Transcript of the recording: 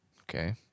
Okay